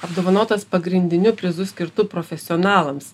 apdovanotas pagrindiniu prizu skirtu profesionalams